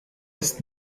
ist